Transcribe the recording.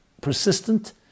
persistent